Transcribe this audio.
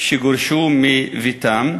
שגורשו מביתם?